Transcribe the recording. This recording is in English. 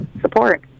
support